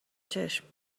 چشمم